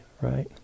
right